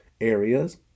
areas